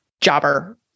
Jobber